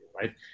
right